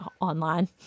online